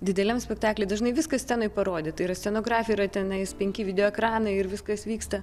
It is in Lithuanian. dideliam spektakly dažnai viskas scenoj parodyta yra scenografija yra tenais penki video ekranai ir viskas vyksta